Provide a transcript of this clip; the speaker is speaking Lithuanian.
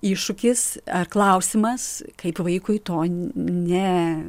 iššūkis ar klausimas kaip vaikui to ne